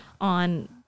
on